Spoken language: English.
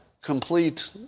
complete